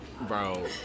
bro